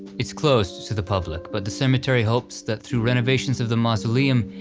it's closed to the public, but the cemetery hopes that through renovations of the mausoleum,